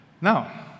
Now